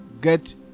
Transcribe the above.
Get